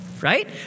right